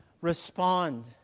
respond